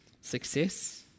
Success